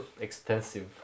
extensive